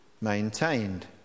maintained